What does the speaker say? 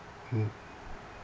mm